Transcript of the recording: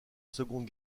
seconde